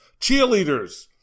cheerleaders